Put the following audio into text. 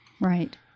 Right